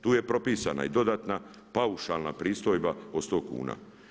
Tu je propisana i dodatna paušalna pristojba od 100 kuna.